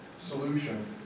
solution